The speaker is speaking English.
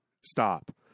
stop